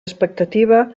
expectativa